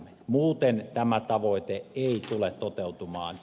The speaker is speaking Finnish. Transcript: muuten tämä tavoite ei tule toteutumaan